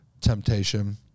temptation